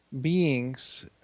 beings